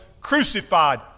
crucified